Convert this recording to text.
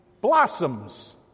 blossoms